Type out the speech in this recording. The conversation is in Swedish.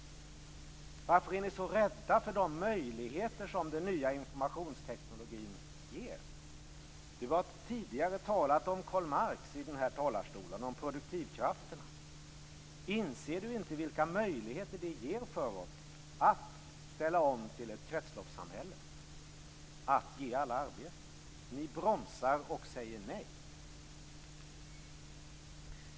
Varför är ni så rädda för de möjligheter som den nya informationstekniken ger? Carl Bildt har tidigare från talarstolen talat om Karl Marx och produktivkrafterna. Inser inte Carl Bildt vilka möjligheter dessa ger för oss att ställa om till ett kretsloppssamhälle, att ge alla arbete? Ni bromsar och säger nej.